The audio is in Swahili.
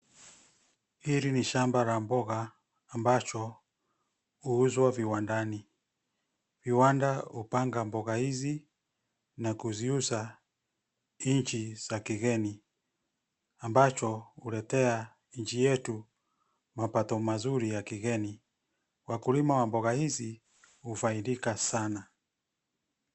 Hili ni shamba la mboga ambacho huuzwa viwandani. Viwanda hupanga mboga hizi na kuziuza nchi za kigeni ambacho huletea nchi yetu mapato mazuri ya kigeni. Wakulima wa mboga hizi hufaidika sana.